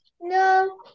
No